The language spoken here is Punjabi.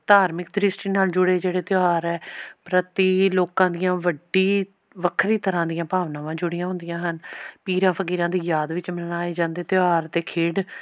ਧਾਰਮਿਕ ਦ੍ਰਿਸ਼ਟੀ ਨਾਲ਼ ਜੁੜੇ ਜਿਹੜੇ ਤਿਉਹਾਰ ਹੈ ਪ੍ਰਤੀ ਲੋਕਾਂ ਦੀਆਂ ਵੱਡੀ ਵੱਖਰੀ ਤਰ੍ਹਾਂ ਦੀਆਂ ਭਾਵਨਾਵਾਂ ਜੁੜੀਆਂ ਹੁੰਦੀਆਂ ਹਨ ਪੀਰਾਂ ਫ਼ਕੀਰਾਂ ਦੀ ਯਾਦ ਵਿੱਚ ਮਨਾਏ ਜਾਂਦੇ ਤਿਉਹਾਰ ਅਤੇ ਖੇਡ